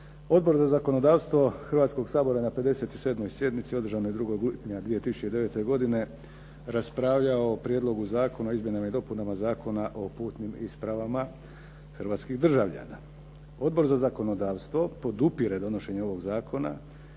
Odbor za zakonodavstvo Hrvatskog sabora je na 57. sjednici održanoj 2. lipnja 2009. godine raspravljao o Prijedlogu zakona o izmjenama i dopunama Zakona o putnim ispravama hrvatskih državljana. Odbor za zakonodavstvo podupire donošenje ovog zakona